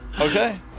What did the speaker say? Okay